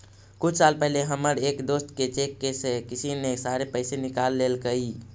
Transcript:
कुछ साल पहले हमर एक दोस्त के चेक से किसी ने सारे पैसे निकाल लेलकइ